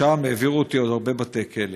משם העבירו אותי עוד הרבה בתי כלא.